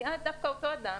כי אז דווקא אותו אדם,